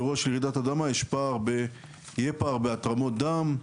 באירוע של רעידת אדמה יהיה פער בהתרמות דם,